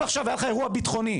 אם היה לך עכשיו אירוע בטחוני,